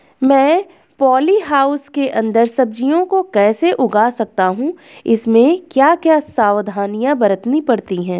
मैं poly house के अन्दर सब्जियों को कैसे उगा सकता हूँ इसमें क्या क्या सावधानियाँ बरतनी पड़ती है?